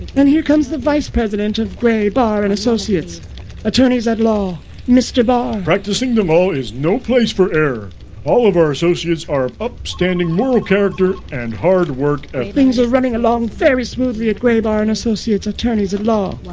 and here comes the vice president of gray bar and associates attorneys at law mr. barr practicing the law is no place for error all of our associates are upstanding moral character and hard work as things are running along very smoothly at gray bar and associates at law?